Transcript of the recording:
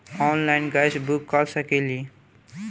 Online gas book कर सकिले की?